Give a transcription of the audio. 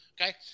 Okay